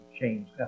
change